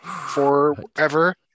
forever